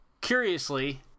curiously